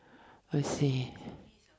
!wahseh!